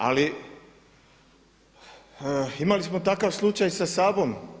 Ali imali smo takav slučaj sa Sabom.